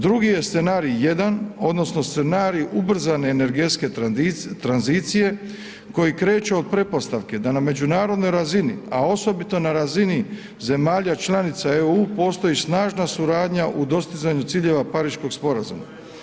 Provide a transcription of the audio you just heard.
Drugi je scenarij jedan odnosno scenarij ubrzane energetske tranzicije koji kreće od pretpostavke da na međunarodnoj razini, a osobito na razini zemalja članica EU postoji snažna suradnja u dostizanju ciljeva Pariškog sporazuma.